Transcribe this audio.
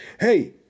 Hey